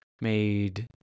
made